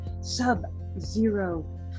sub-zero